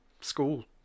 school